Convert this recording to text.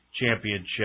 championship